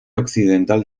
occidental